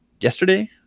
yesterday